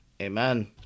Amen